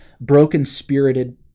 broken-spirited